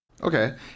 Okay